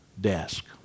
desk